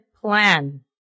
plan